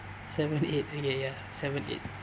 seven eight ya ya seven eight